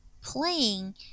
playing